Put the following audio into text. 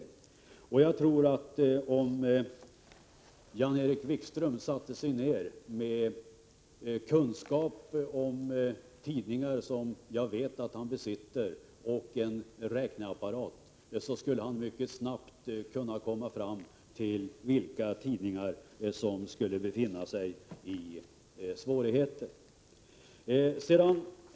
Om Jan-Erik Wikström satte sig ner, med den kunskap om tidningar som jag vet att han besitter och med en räkneapparat, skulle han mycket snabbt komma fram till vilka tidningar som befinner sig i svårigheter.